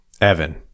Evan